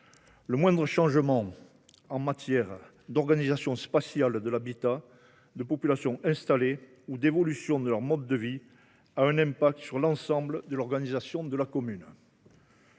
Le moindre changement en matière d’organisation spatiale de l’habitat, de populations installées ou d’évolution de leurs modes de vie a un impact sur l’ensemble de la commune.